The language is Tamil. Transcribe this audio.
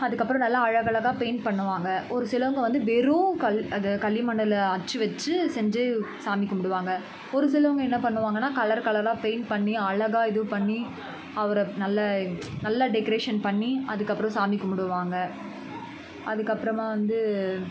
அதுக்கு அப்பறம் நல்லா அழகழகா பெயிண்ட் பண்ணுவாங்கள் ஒரு சிலவங்கள் வந்து வெறும் கல் அது களிமண்ணில் அச்சு வச்சு செஞ்சு சாமி கும்பிடுவாங்க ஒரு சிலவங்கள் என்ன பண்ணுவாங்கன்னால் கலர் கலராக பெயிண்ட் பண்ணி அலகா இது பண்ணி அவரை நல்ல நல்லா டெக்கரேஷன் பண்ணி அதுக்கு அப்பறம் சாமி கும்பிடுவாங்க அதுக்கு அப்புறமா வந்து